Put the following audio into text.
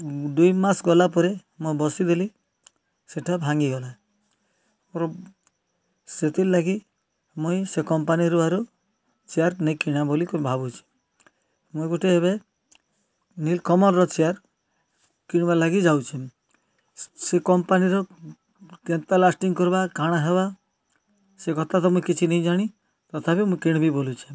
ଦୁଇ ମାସ୍ ଗଲା ପରେ ମୁଁ ବସିଦେଲି ସେଟା ଭାଙ୍ଗିଗଲା ସେଥିର୍ଲାଗି ମୁଇଁ ସେ କମ୍ପାନିରୁ ଆରୁ ଚେୟାର୍ ନେଇଁ କିଣେ ବୋଲିକି ଭାବୁଚେଁ ମୁଇଁ ଗୁଟେ ଏବେ ନିଲ୍କମଲ୍ର ଚେୟାର୍ କିଣ୍ବାର୍ ଲାଗି ଯାଉଛେ ସେ କମ୍ପାନିର କେନ୍ତା ଲାଷ୍ଟିଙ୍ଗ୍ କର୍ବା କାଣା ହେବା ସେ କଥା ତ ମୁଇଁ କିଛି ନେଇଁ ଜାଣି ତଥାପି ମୁଁ କିଣ୍ବି ବୋଲୁଛେ